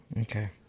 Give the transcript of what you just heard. Okay